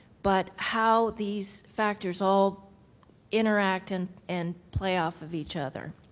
but how these factors all interact and and play off of each other.